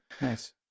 Nice